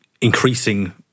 increasing